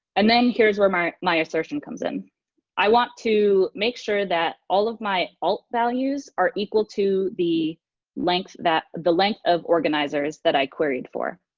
and then here's where my my assertion comes in i want to make sure that all of my alt values are equal to the length that the length of organisers that i queried for.